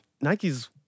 Nike's